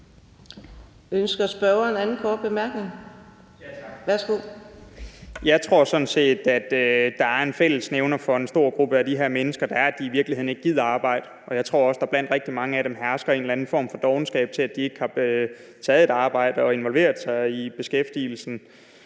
Jeg tror sådan set, at der er en fællesnævner for en stor gruppe af de her mennesker, og det er, at de i virkeligheden ikke gider arbejde. Jeg tror også, at der blandt rigtig mange af dem hersker en eller anden form for dovenskab, som gør, at de ikke har taget et arbejde og involveret sig i beskæftigelsen.